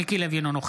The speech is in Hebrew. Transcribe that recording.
אינו נוכח מיקי לוי,